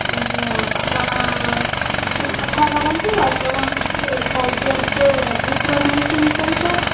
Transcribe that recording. ଆଜ୍ଞା ଆପଣ ଗୋଟେ କଥା କରନ୍ତୁ ଆପଣ ହେଉଛି ଖାଇଦିଅନ୍ତୁ ଆଜିଥ୍ରୋମାଇସିନ୍ ସହିତ